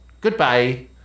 Goodbye